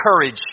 courage